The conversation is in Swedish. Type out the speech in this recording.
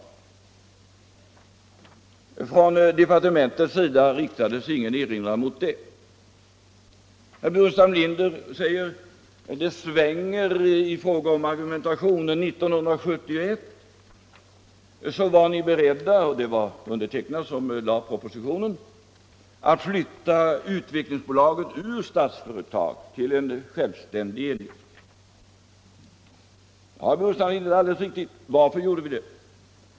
Från departementets sida riktades ingen erinran mot det förslaget. Herr Burenstam Linder säger, och det svänger om argumentationen, att vi år 1971 var beredda — det var jag som framlade propositionen —-att flytta Utvecklingsbolaget ut ur Statsföretag till en självständig enhet. Ja, det är alldeles riktigt. Och varför gjorde vi det?